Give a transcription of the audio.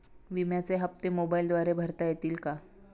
विम्याचे हप्ते मोबाइलद्वारे भरता येतील का?